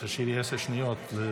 תשאירי עשר שניות לתמצית.